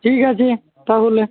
ঠিক আছে তাহলে